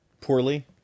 poorly